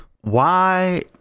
Why-